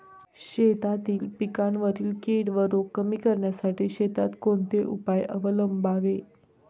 शेतातील पिकांवरील कीड व रोग कमी करण्यासाठी शेतात कोणते उपाय अवलंबावे?